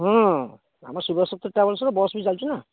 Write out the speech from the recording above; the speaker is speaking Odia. ହଁ ଆମ ଶିବ ଶକ୍ତି ଟ୍ରାଭେଲ୍ସ୍ ରୁ ବସ୍ ବି ଚାଲୁଛିନା